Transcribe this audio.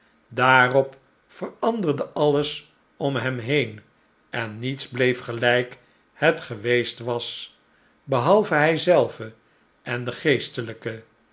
daarop veranderde alles om hem heen en niets bleef gelijk het geweest was behalve hij zelve en de geestelijke